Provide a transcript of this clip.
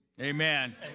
Amen